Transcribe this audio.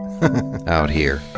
out here?